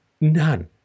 none